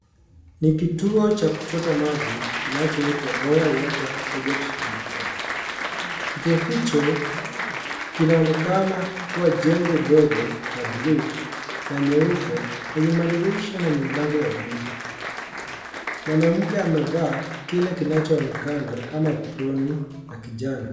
Ni kituo cha kuchota maji kinachoitwa Boya Water Project number five . Kituo hicho kinaonekana kuwa jengo dogo ya bluu na nyeupe yenye madirisha na milango ya bluu. Mwanamke amevaa kile kinachoonekana kama long'i ya kijani.